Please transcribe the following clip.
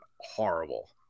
horrible